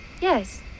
Yes